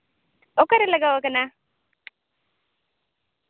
ᱚᱠᱟᱨᱮ ᱞᱟᱜᱟᱣ ᱠᱟᱱᱟ